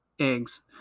Eggs